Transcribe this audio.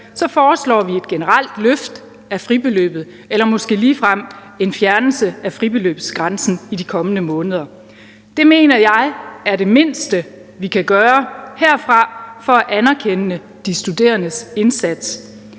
foreslår vi et generelt løft af fribeløbet eller måske ligefrem en fjernelse af fribeløbsgrænsen i de kommende måneder. Det mener jeg er det mindste, vi kan gøre herfra for at anerkende de studerendes indsats.